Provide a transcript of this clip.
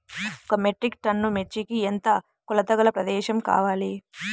ఒక metric ton మిర్చికి ఎంత కొలతగల ప్రదేశము కావాలీ?